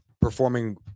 performing